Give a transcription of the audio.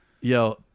Yo